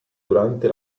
durante